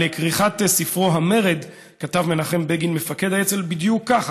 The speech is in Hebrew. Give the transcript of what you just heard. על כריכת ספרו "המרד" כתב מנחם בגין מפקד האצ״ל בדיוק כך,